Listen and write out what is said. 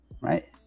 right